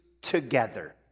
together